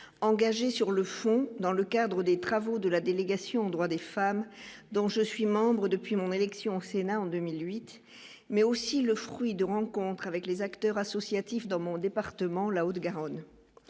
engagée sur le fond dans le cadre des travaux de la délégation droits des femmes, dont je suis membre, depuis mon élection au Sénat en 2008, mais aussi le fruit de rencontres avec les acteurs associatifs dans mon département, la Haute-Garonne,